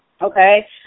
Okay